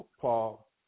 Paul